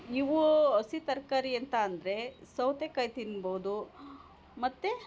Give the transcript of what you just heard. ಇವೂ ಹಸಿ ತರಕಾರಿ ಅಂತ ಅಂದರೆ ಸೌತೆಕಾಯಿ ತಿನ್ಬೋದು ಮತ್ತು